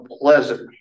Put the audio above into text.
pleasant